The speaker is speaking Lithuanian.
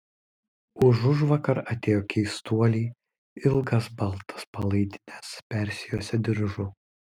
užužvakar atėjo keistuoliai ilgas baltas palaidines persijuosę diržu